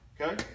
okay